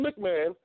McMahon